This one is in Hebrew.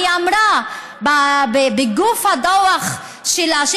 היא אמרה בגוף הדוח שלה,